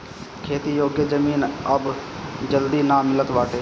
खेती योग्य जमीन अब जल्दी ना मिलत बाटे